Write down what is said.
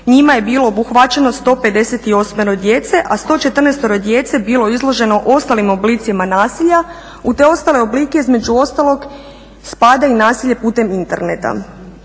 njima je bilo obuhvaćeno 158 djece, a 114 djece je bilo izloženo ostalim oblicima nasilja. U te ostale oblike između ostalog spada i nasilje putem interneta.